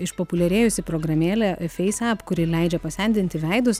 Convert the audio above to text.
išpopuliarėjusi programėlė feis ep kuri leidžia pasendinti veidus